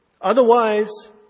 Otherwise